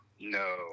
no